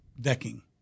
decking